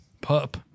pup